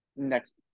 Next